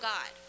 God